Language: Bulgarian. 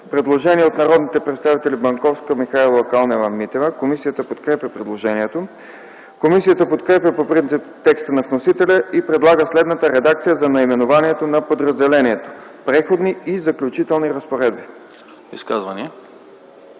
Предложение от народните представители Банковска, Михайлова, Калнева-Митева. Комисията подкрепя предложението. Комисията подкрепя по принцип текста на вносителя и предлага следната редакция за наименованието на подразделението: „Преходни и заключителни разпоредби”.